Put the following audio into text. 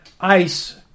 ICE